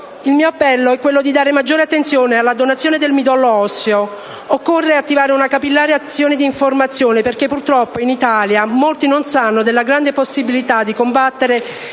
Il mio appello è dare maggiore attenzione alla donazione del midollo osseo. Occorre attivare una capillare azione di informazione, perché purtroppo in Italia molti non sanno della grande possibilità di combattere